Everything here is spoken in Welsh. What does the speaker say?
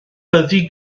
byddi